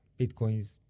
bitcoins